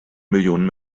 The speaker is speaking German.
millionen